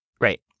Right